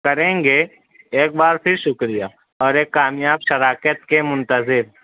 کریں گے ایک بار پھر شکریہ اور ایک کامیاب شراکت کے منتظر